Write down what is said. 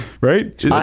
right